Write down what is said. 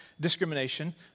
discrimination